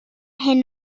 hyn